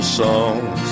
songs